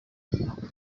nka